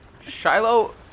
Shiloh